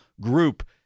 group